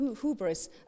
hubris